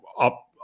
up